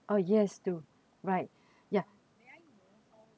oh yes do right ya